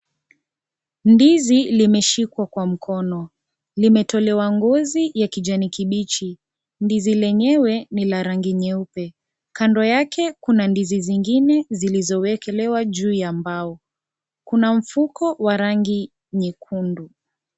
Ndizi limeshikwa kwa mkono limetolewa ngozi ya kijani kibichi, ndizi lenyewe ni la rangi nyeupe. Kando yake kuna ndizi zingine zilizowekelewa juu ya mbao. Kuna mfuko wa rangi nyekundu.